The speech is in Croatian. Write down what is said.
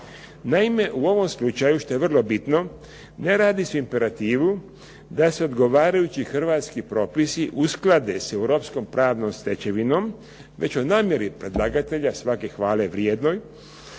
Naime, u ovom slučaju, što je vrlo bitno ne radi se o imperativu da se odgovarajući hrvatski propisi usklade s europskom pravnom stečevinom, već o namjeri predlagatelja svake hvale vrijednoj